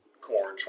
corn